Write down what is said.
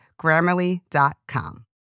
Grammarly.com